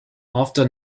after